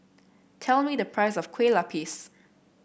tell me the price of Kueh Lapis